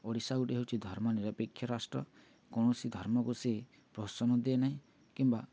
ଓଡ଼ିଶା ଗୋଟେ ହେଉଛି ଧର୍ମ ନିରାପେକ୍ଷ ରାଷ୍ଟ୍ର କୌଣସି ଧର୍ମକୁ ସେ ପ୍ରୋତ୍ସାହନ ଦିଏ ନାହିଁ କିମ୍ବା